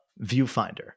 Viewfinder